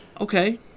Okay